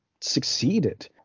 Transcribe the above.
succeeded